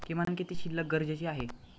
किमान किती शिल्लक गरजेची आहे?